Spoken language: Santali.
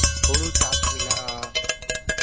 ᱦᱩᱲᱩ ᱪᱟᱥ ᱢᱮᱱᱟᱜᱼᱟ